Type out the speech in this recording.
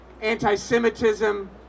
anti-Semitism